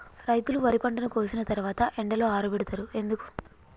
రైతులు వరి పంటను కోసిన తర్వాత ఎండలో ఆరబెడుతరు ఎందుకు?